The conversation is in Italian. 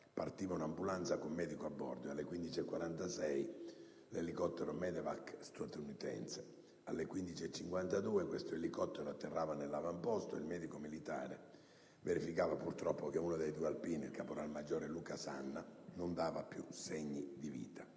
partiva un'ambulanza con medico a bordo, e alle 15,46 l'elicottero Medevac statunitense. Alle 15,52, tale elicottero atterrava nell'avamposto; il medico militare verificava purtroppo che uno dei due alpini, il caporalmaggiore Luca Sanna, non dava più segni di vita.